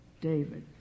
David